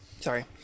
Sorry